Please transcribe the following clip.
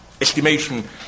estimation